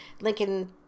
Lincoln